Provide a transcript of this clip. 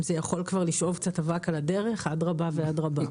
אם זה יכול לשאוב קצת אבק על הדרך, אדרבה ואדרבה.